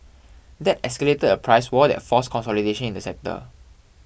that escalated a price war that's force consolidation in the sector